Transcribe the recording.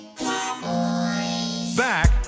Back